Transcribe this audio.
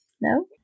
No